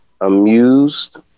amused